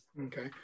Okay